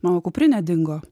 mano kuprinė dingo